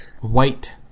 White